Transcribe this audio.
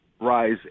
rise